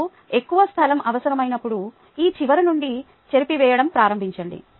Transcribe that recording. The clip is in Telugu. మీకు ఎక్కువ స్థలం అవసరమైనప్పుడు ఈ చివర నుండి చెరిపివేయడం ప్రారంభించండి